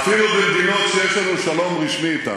אפילו במדינות שיש לנו שלום רשמי אתן,